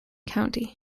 county